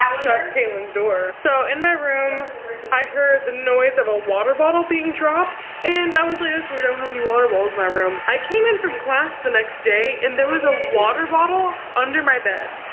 shut caylan's door. so in my room i heard the noise of a water bottle being dropped, and i was like that's weird, i don't have any water bottles in my room. i came in from class the next day and there was a water bottle under my bed.